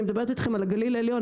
אני מדברת איתכם על הגליל העליון,